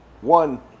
One